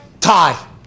Tie